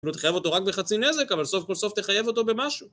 אפילו תחייב אותו רק בחצי נזק, אבל סוף כל סוף תחייב אותו במשהו.